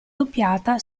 doppiata